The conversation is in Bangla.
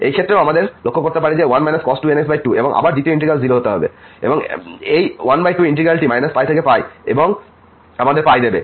এই ক্ষেত্রেও আমরা লক্ষ্য করতে পারি যে এটি 1 cos 2 এবং আবার দ্বিতীয় ইন্টিগ্র্যালটি 0 হতে হবে এবং এই 12 ইন্টিগ্র্যালটি π থেকে আমাদের দেবে